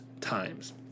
times